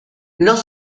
los